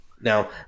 now